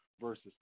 versus